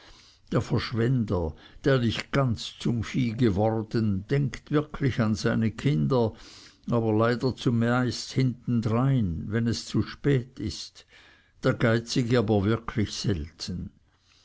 der verschwender der nicht ganz zum vieh geworden denkt wirklich an seine kinder aber leider zumeist hintendrein wenn es zu spät ist der geizige aber wirklich selten